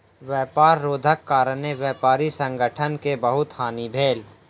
व्यापार रोधक कारणेँ व्यापारी संगठन के बहुत हानि भेल